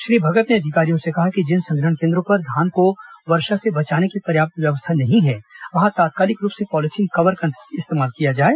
श्री भगत ने अधिकारियों से कहा कि जिन संग्रहण केन्द्रों पर धान को वर्षा से बचाने की पर्याप्त व्यवस्था नहीं है वहां तात्कालिक रूप से पॅलिथीन कवर का इस्तेमाल किया जाए